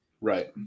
Right